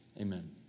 Amen